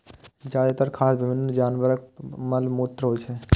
जादेतर खाद विभिन्न जानवरक मल मूत्र होइ छै